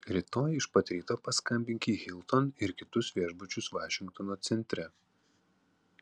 rytoj iš pat ryto paskambink į hilton ir kitus viešbučius vašingtono centre